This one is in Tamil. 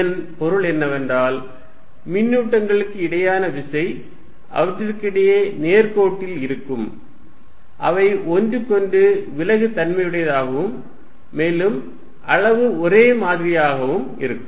இதன் பொருள் என்னவென்றால் மின்னூட்டங்களுக்கு இடையேயான விசை அவற்றுக்கிடையே நேர்கோட்டில் இருக்கும் அவை ஒன்றுக்கொன்று விலகு தன்மையுடையதாகவும் மேலும் அளவு ஒரே மாதிரியாக இருக்கும்